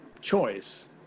choice